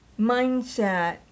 mindset